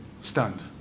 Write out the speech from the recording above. Stunned